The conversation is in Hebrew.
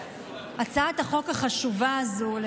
הצעת החוק החשובה הזו נדחתה,